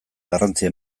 garrantzia